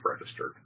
registered